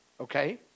Okay